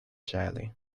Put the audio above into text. jelly